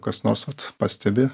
kas nors vat pastebi